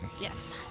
Yes